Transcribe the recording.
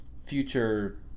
future